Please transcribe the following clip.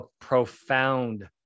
profound